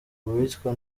uwitwa